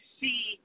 see